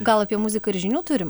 gal apie muziką ir žinių turim